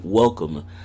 Welcome